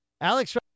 Alex